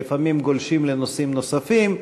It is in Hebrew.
ולפעמים גולשים לנושאים נוספים.